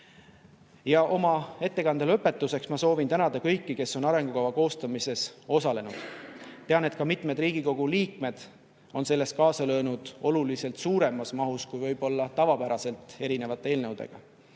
ettekande lõpetuseks ma soovin tänada kõiki, kes on arengukava koostamises osalenud. Tean, et ka mitmed Riigikogu liikmed on selles kaasa löönud oluliselt suuremas mahus kui võib-olla tavapäraselt eelnõudega.